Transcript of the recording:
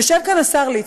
יושב כאן השר ליצמן,